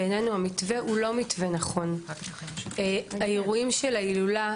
אירועי ההילולה,